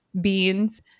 beans